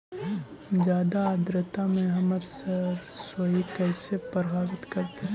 जादा आद्रता में हमर सरसोईय के कैसे प्रभावित करतई?